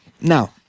Now